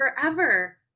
forever